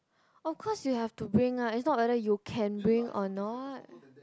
of course you have to bring lah its not whether you can bring or not